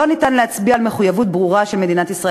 לא ניתן להצביע על מחויבות ברורה של מדינת ישראל